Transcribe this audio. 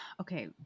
okay